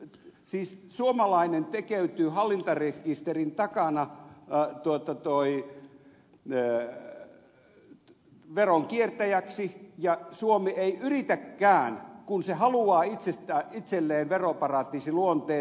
elikkä suomalainen tekeytyy hallintarekisterin takana veronkiertäjäksi ja suomi ei yritäkään sitä estää kun se haluaa itselleen veroparatiisiluonteen nimenomaan luoda